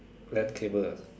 land cable